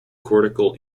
cortical